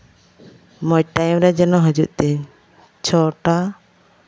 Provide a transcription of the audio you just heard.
ᱢᱚᱡᱽ ᱴᱟᱭᱤᱢ ᱨᱮ ᱡᱮᱱᱚ ᱦᱤᱡᱩᱜ ᱛᱤᱧ ᱪᱷᱚᱴᱟ